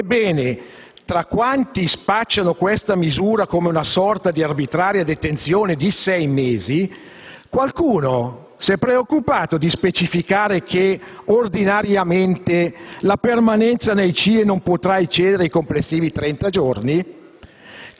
Ebbene, tra quanti spacciano questa misura come una sorta di arbitraria detenzione di sei mesi, qualcuno si è preoccupato di specificare che ordinariamente la permanenza nei centro di identificazione